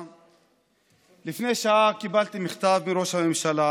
שעה קיבלתי מכתב מראש הממשלה,